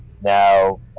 Now